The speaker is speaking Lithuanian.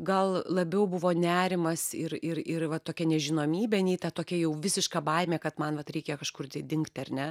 gal labiau buvo nerimas ir ir ir va tokia nežinomybė nei ta tokia jau visiška baimė kad man vat reikia kažkur tai dingti ar ne